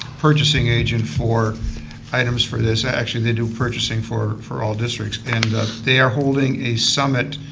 purchasing agent for items for this, actually they do purchasing for for all districts. and ah they are holding a summit,